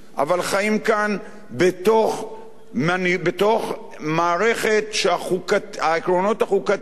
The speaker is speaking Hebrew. כאן בתוך מערכת שהעקרונות החוקתיים שלה,